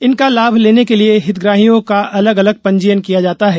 इनका लाभ लेने के लिए हितग्राहियों का अलग अलग पंजीयन किया जाता है